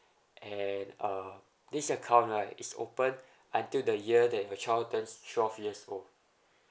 and uh this account right is opened until the year that your child turns twelve years old